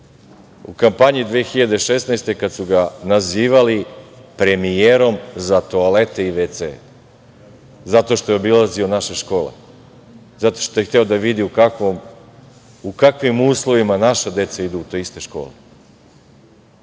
u kampanji 2016. godine kad su ga nazivali premijerom za toalete i WC, zato što je obilazio naše škole, zato što je hteo da vidi u kakvim uslovima naša deca idu u te iste škole,